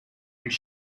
his